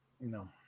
No